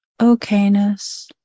okayness